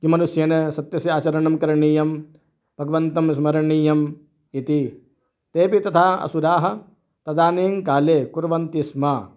मनुष्येण सत्यस्य आचरणं करणीयं भगवन्तं स्मरणीयम् इति तेपि तथा असुराः तदानीं काले कुर्वन्ति स्म